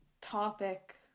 topic